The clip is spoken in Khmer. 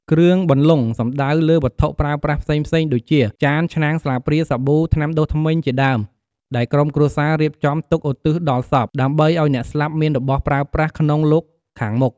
គ្រឿងបន្លុងសំដៅលើវត្ថុប្រើប្រាស់ផ្សេងៗ ដូចជា ចាន ឆ្នាំង ស្លាបព្រា សាប៊ូ ថ្នាំដុសធ្មេញ ជាដើម ដែលក្រុមគ្រួសាររៀបចំទុកឧទ្ទិសដល់សព ដើម្បីឱ្យអ្នកស្លាប់មានរបស់របរប្រើប្រាស់ក្នុងលោកខាងមុខ។